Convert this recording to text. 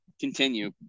continue